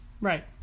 Right